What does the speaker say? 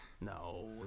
No